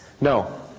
No